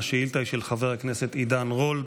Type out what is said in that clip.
השאילתה היא של חבר הכנסת עידן רול,